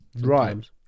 Right